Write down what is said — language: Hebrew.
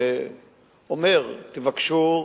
או אומר: תבקשו,